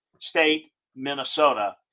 State-Minnesota